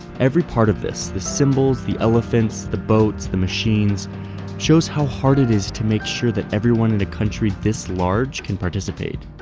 every part of this, the symbols, the elephants, the boats, the machines shows how hard it is to make sure that everyone in a country this large can participate